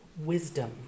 wisdom